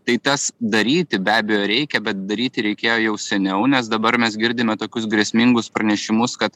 tai tas daryti be abejo reikia bet daryti reikėjo jau seniau nes dabar mes girdime tokius grėsmingus pranešimus kad